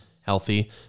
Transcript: healthy